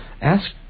ask